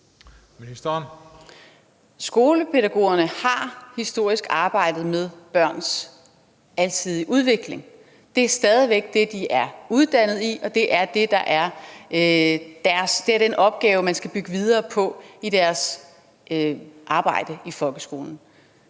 Skolepædagogerne har historisk arbejdet med børns alsidige udvikling. Det er stadig væk det, de er uddannet i, og det er den opgave, de skal bygge videre på i deres arbejde i folkeskolen.